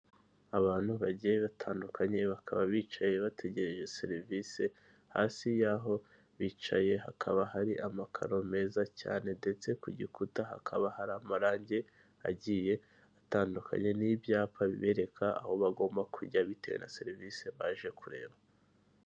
Abantu bagiye batandukanye bakaba bicaye bategereje serivisi, hasi yaho bicaye hakaba hari amakaro meza cyane ndetse ku gikuta hakaba hari amarangi agiye atandukanye n'ibyapa bibereka aho bagomba kujya bitewe na serivisi baje kureba.